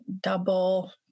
double